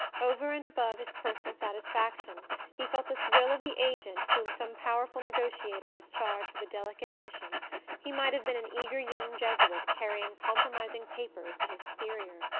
over and above his personal satisfaction he felt the thrill of the agent whom some powerful negotiator has charged with a delicate mission he might have been an eager young jesuit carrying compromising papers to his superior.